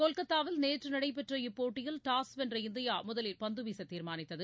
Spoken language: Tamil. கொல்கத்தாவில் நேற்று நடைபெற்ற இப்போட்டியில் டாஸ் வென்ற இந்தியா முதலில் பந்து வீச தீர்மானித்தது